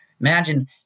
imagine